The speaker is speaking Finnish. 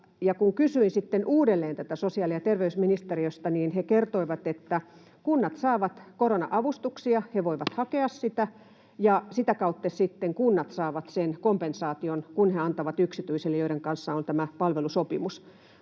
tätä sitten uudelleen sosiaali- ja terveysministeriöstä, niin he kertoivat, että kunnat saavat korona-avustuksia, he voivat hakea sitä ja sitä kautta sitten kunnat saavat sen kompensaation, kun he antavat yksityisille, joiden kanssa on tämä palvelusopimus.